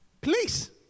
please